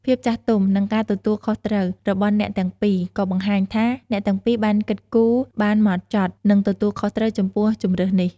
ភាពចាស់ទុំ និងការទទួលខុសត្រូវរបស់អ្នកទាំងពីរ ក៏បង្ហាញថាអ្នកទាំងពីរបានគិតគូរបានហ្មត់ចត់ និងទទួលខុសត្រូវចំពោះជម្រើសនេះ។